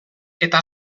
eta